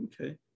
okay